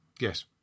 Yes